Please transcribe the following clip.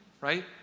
right